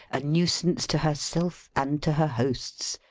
a nuisance to herself and to her hosts.